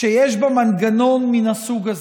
שיש בה מנגנון מן הסוג הזה,